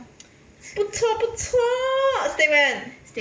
不错不错 stay where